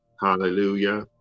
Hallelujah